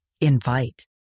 invite